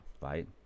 Right